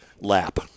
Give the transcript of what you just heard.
lap